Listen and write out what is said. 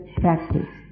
practice